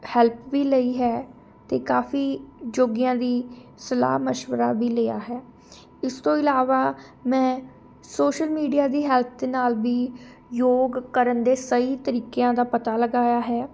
help ਵੀ ਲਈ ਹੈ ਅਤੇ ਕਾਫੀ ਯੋਗੀਆਂ ਦੀ ਸਲਾਹ ਮਸ਼ਵਰਾ ਵੀ ਲਿਆ ਹੈ ਇਸ ਤੋਂ ਇਲਾਵਾ ਮੈਂ ਸੋਸ਼ਲ ਮੀਡੀਆ ਦੀ ਹੈਲਪ ਦੇ ਨਾਲ ਵੀ ਯੋਗ ਕਰਨ ਦੇ ਸਹੀ ਤਰੀਕਿਆਂ ਦਾ ਪਤਾ ਲਗਾਇਆ ਹੈ